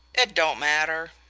it don't matter.